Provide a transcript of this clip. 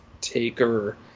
Taker